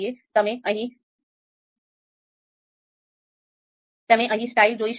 તમે અહીં 'સ્ટાઇલ' જોઈ શકો છો